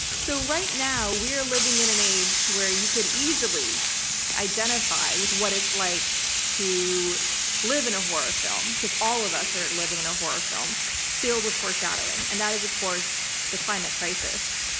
so right now we're living in an age where you could easily identify with what it's like to live in a horror film, because all of us are living in a horror film filled with foreshadowing, and that is of course the climate crisis.